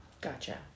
Gotcha